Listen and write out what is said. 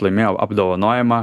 laimėjo apdovanojimą